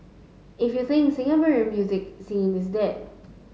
if you think the Singaporean music scene is dead